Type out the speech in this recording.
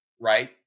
right